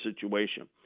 situation